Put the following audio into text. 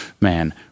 man